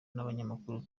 n’ikinyamakuru